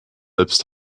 selbst